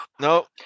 No